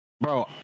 bro